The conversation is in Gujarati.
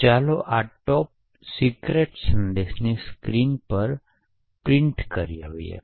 તેથી આ top secret સંદેશને તે સ્ક્રીન પર પ્રદર્શિત કરશે